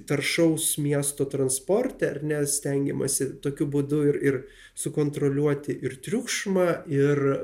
taršaus miesto transporte ar ne stengiamasi tokiu būdu ir ir sukontroliuoti ir triukšmą ir